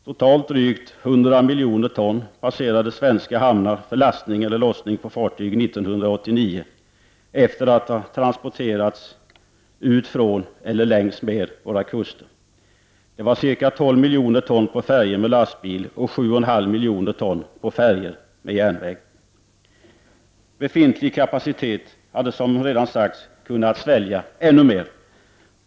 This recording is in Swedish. Totalt drygt 100 miljoner ton passerade svenska hamnar för lastning eller lossning på fartyg 1989 efter att ha transporterats ut från eller längs med våra kuster. Det var ca 12 miljoner ton på färjor med lastbil och 7,5 miljoner ton på färjor med järnväg. Befintlig kapacitet hade, som redan sagts, kunnat svälja ännu mer.